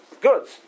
goods